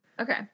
Okay